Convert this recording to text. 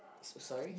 s~ sorry